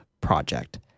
project